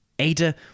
Ada